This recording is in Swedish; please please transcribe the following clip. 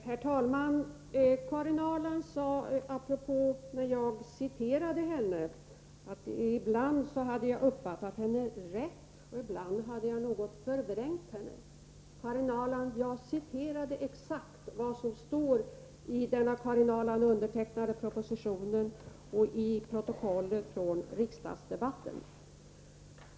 Herr talman! Karin Ahrland sade, apropå mitt citat av hennes uttalande, att jag ibland hade uppfattat henne rätt och ibland något förvrängt henne. Men jag citerade exakt vad som står i den av Karin Ahrland undertecknade propositionen och i protokollet från riksdagsdebatten.